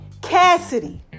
Cassidy